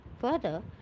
further